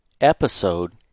Episode